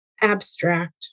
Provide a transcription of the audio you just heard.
abstract